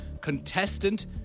contestant